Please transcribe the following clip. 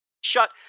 shut –